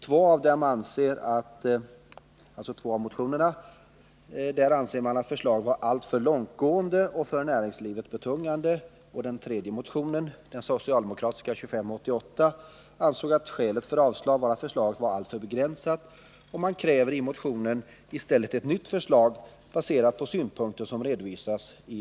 Två av dem ansåg att förslaget var alltför långtgående och för 11 december 1979 näringslivet betungande, och den tredje motionen, den socialdemokratiska med nr 2588, ansåg att förslaget var alltför begränsat. Socialdemokraterna kräver i stället ett nytt förslag baserat på de synpunkter som redovisas.